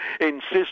insist